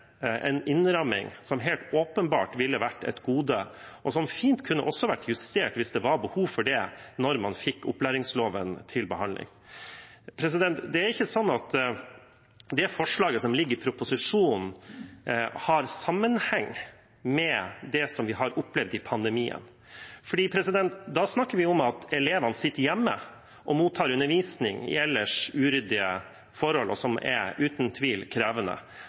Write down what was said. en innramming som helt åpenbart ville vært et gode, og som fint kunne vært justert, hvis det var behov for det, da man fikk opplæringsloven til behandling. Det er ikke sånn at det forslaget som ligger i proposisjonen, har sammenheng med det som vi har opplevd i pandemien. Da snakker vi om at elevene sitter hjemme og mottar undervisning under ellers uryddige forhold, som uten tvil er krevende,